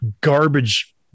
garbage